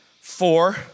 four